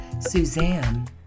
Suzanne